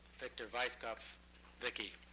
victor weisskopf viki